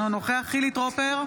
אינו נוכח חילי טרופר,